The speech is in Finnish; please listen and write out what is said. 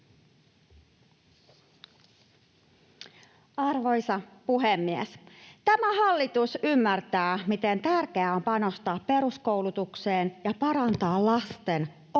Arvoisa puhemies! Tämä hallitus ymmärtää, miten tärkeää on panostaa peruskoulutukseen ja parantaa lasten